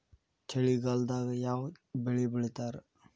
ಚಳಿಗಾಲದಾಗ್ ಯಾವ್ ಬೆಳಿ ಬೆಳಿತಾರ?